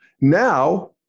Now